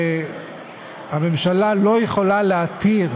הממשלה לא יכולה להתיר,